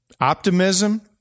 optimism